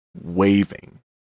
waving